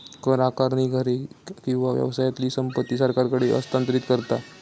कर आकारणी घरे किंवा व्यवसायातली संपत्ती सरकारकडे हस्तांतरित करता